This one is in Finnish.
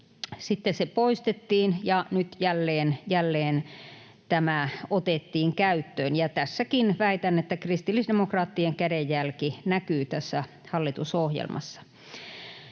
Sitten se poistettiin ja nyt jälleen tämä otettiin käyttöön. Ja väitän, että tässäkin kristillisdemokraattien kädenjälki näkyy tässä hallitusohjelmassa.